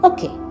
Okay